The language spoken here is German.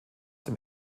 dem